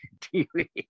TV